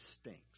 stinks